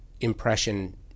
impression